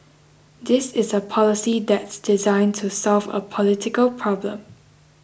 this is a policy that's designed to solve a political problem